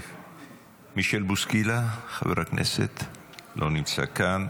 חבר הכנסת מישל בוסקילה, לא נמצא כאן,